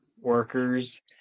workers